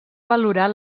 valorar